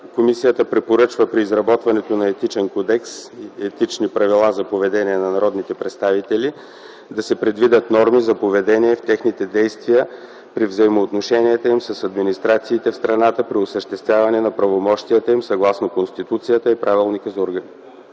комисията препоръчва при изработването на Етичен кодекс (Етични правила) за поведението на народните представители да се предвидят норми на поведение в техните действия при взаимоотношенията им с администрациите в страната при осъществяване на правомощията им съгласно Конституцията и Правилника за организацията